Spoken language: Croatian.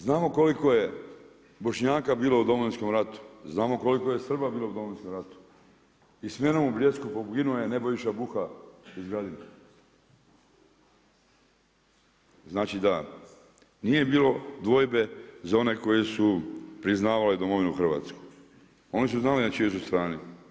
Znamo koliko je Bošnjaka bilo u Domovinskom ratu, znamo koliko je Srba bilo u Domovinskom ratu, i s menom u Bljesku poginuo je Nebojša Buha iz … Znači da nije bilo dvojbe za one koji su priznali domovinu Hrvatsku, oni su znali na čijoj su strani.